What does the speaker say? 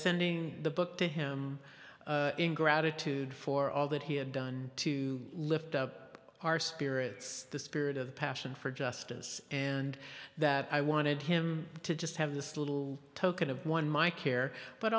sending the book to him in gratitude for all that he had done to lift up our spirits the spirit of passion for justice and that i wanted him to just have this little token of one my care but